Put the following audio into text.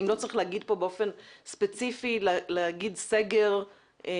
אם לא צריך להגיד פה באופן ספציפי סגר מלא,